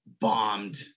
bombed